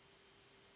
Hvala